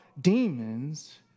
demons